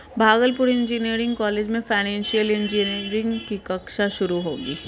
Bhagalpur engineering college में financial engineering की कक्षा शुरू होगी